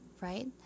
right